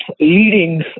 Leading